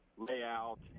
Layout